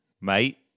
mate